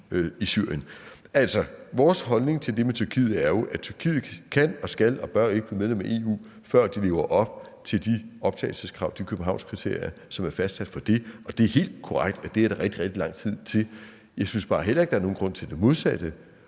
Altså: Vores holdning til det med Tyrkiet er jo, at Tyrkiet ikke kan og ikke skal og ikke bør blive medlem, før de lever op til de optagelseskrav i Københavnskriterierne, som er fastsat for det, og det er helt korrekt, at det er der rigtig, rigtig lang tid til. Jeg synes bare heller ikke, der er nogen grund til ligesom at